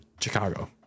Chicago